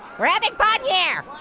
rabbit pothair.